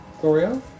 Gloria